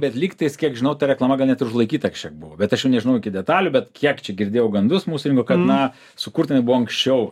bet lygtais kiek žinau ta reklama gal net ir užlaikyta kažkiek buvo bet aš jau nežinau iki detalių bet kiek čia girdėjau gandus mūsų ringo kad na sukurta nebuvo anksčiau